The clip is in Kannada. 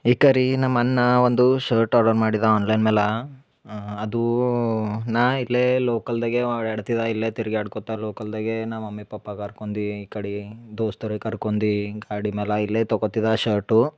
ಈಕಿ ರೀ ನಮ್ಮ ಅಣ್ಣ ಒಂದು ಶರ್ಟ್ ಆರ್ಡರ್ ಮಾಡಿದ್ದ ಆನ್ಲೈನ್ ಮೇಲೆ ಅದು ನಾ ಇಲ್ಲೇ ಲೋಕಲ್ದಾಗೆ ಓಡಾಡ್ತಿದ್ದ ಇಲ್ಲೇ ತಿರ್ಗಾಡ್ಕೋತಾ ಲೋಕಲ್ದಾಗೆ ನಮ್ಮ ಮಮ್ಮಿ ಪಪ್ಪ ಕರ್ಕೊಂದಿ ಈ ಕಡಿ ದೋಸ್ತರ ಕರ್ಕೊಂದಿ ಗಾಡಿ ಮ್ಯಾಲೆ ಇಲ್ಲೇ ತಗೊತಿದ್ದ ಶರ್ಟು